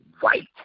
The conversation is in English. white